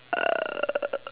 err